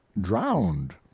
drowned